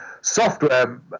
software